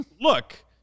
look